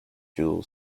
dual